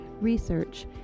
research